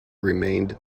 remained